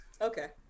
Okay